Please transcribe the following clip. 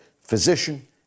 physician